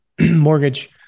mortgage